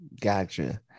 gotcha